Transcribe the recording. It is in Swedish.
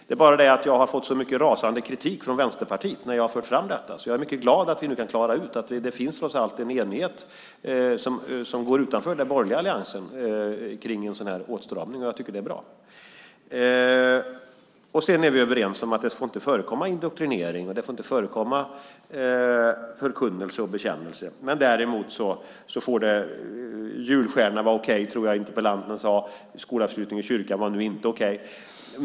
Det är bara det att jag har fått så mycket rasande kritik från Vänsterpartiet när jag har fört fram detta, så jag är mycket glad att vi nu kan klara ut att det trots allt finns en enighet som går utanför den borgerliga alliansen om en sådan här åtstramning. Jag tycker att det är bra. Sedan är vi överens om att det inte får förekomma indoktrinering och inte får förekomma förkunnelse och bekännelse. Däremot är julstjärna okej, tror jag att interpellanten sade. Skolavslutning i kyrkan var nu inte okej.